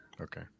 okay